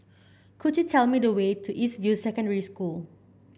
could you tell me the way to East View Secondary School